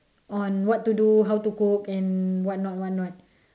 on what to do how to cook and what not what not